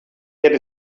get